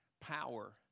power